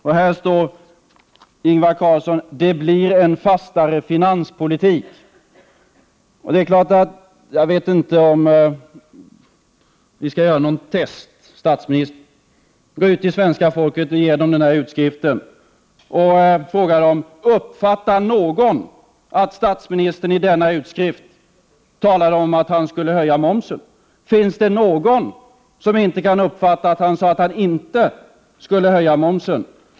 Här står, Ingvar Carlsson: ”Det blir en fastare finanspolitik.” Jag vet inte om vi skall göra något test, statsministern — gå ut till svenska folket, ge dem den här utskriften och fråga: Uppfattar någon att statsministern i denna utskrift talade om att han skulle höja momsen? Finns det någon som inte kan uppfatta att han sade att han inte skulle höja momsen?